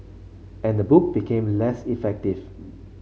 and the book became less effective